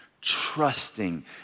trusting